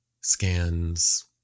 scans